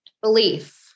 Belief